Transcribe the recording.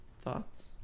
Thoughts